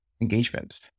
engagement